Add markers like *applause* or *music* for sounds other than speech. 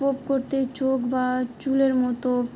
*unintelligible* করতে চোখ বা চুলের মতো